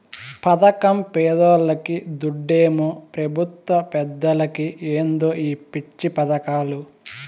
పదకం పేదోల్లకి, దుడ్డేమో పెబుత్వ పెద్దలకి ఏందో ఈ పిచ్చి పదకాలు